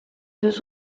deux